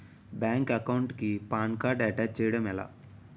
Bank account కి PAN card attach చేయడం ఎలా?